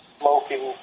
smoking